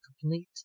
complete